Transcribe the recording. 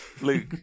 Luke